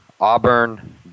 Auburn